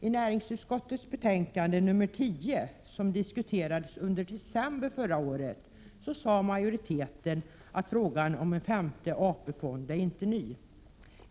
I näringsutskottets betänkande nr 10, som diskuterades under december förra året, sade majoriteten att frågan om en femte AP-fond inte är ny.